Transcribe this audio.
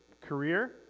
career